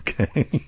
Okay